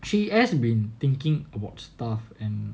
she has been thinking about stuff and